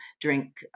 drink